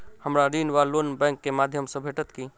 हमरा ऋण वा लोन बैंक केँ माध्यम सँ भेटत की?